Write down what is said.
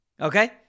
Okay